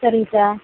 சரிங்க சார்